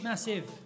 Massive